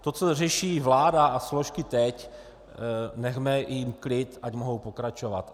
To, co řeší vláda a složky teď, nechme jim klid, ať mohou pokračovat.